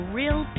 real